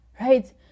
right